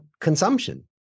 consumption